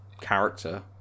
character